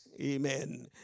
amen